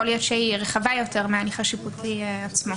יכול להיות שהיא רחבה יותר מההליך השיפוטי עצמו.